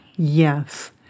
Yes